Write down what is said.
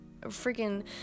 freaking